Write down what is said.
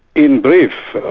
in brief,